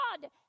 God